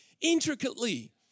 intricately